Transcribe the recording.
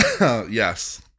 Yes